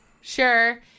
Sure